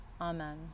Amen